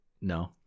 No